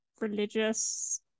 religious